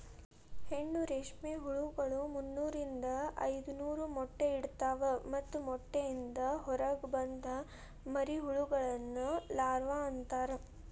ಹೆಣ್ಣು ರೇಷ್ಮೆ ಹುಳಗಳು ಮುನ್ನೂರಿಂದ ಐದನೂರ ಮೊಟ್ಟೆ ಇಡ್ತವಾ ಮತ್ತ ಮೊಟ್ಟೆಯಿಂದ ಹೊರಗ ಬಂದ ಮರಿಹುಳಗಳನ್ನ ಲಾರ್ವ ಅಂತಾರ